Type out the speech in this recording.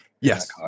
Yes